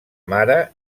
mare